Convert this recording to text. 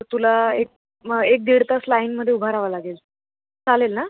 तुला एक एक दीड तास लाईनमधे उभं राहावं लागेल चालेल ना